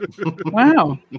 Wow